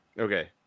Okay